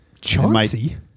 Chauncey